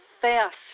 fast